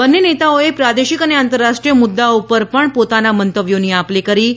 બંને નેતાઓએ પ્રાદેશિક અને આંતરરાષ્ટ્રીય મુદ્દાઓ પર પણ પોતાના મંતવ્યોની આપ લે કરી હતી